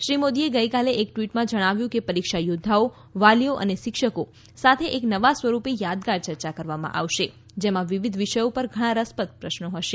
શ્રી મોદીએ ગઈકાલે એક ટ્વિટમાં જણાવ્યું કે પરીક્ષા યોદ્ધાઓ વાલીઓ અને શિક્ષકો સાથે એક નવા સ્વરૂપે યાદગાર ચર્ચા કરવામાં આવશે જેમાં વિવિધ વિષયો પર ઘણા રસપ્રદ પ્રશ્નો હશે